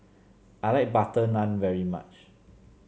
I like butter naan very much